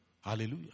Hallelujah